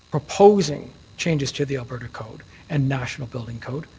proposing changes to the alberta code and national building code,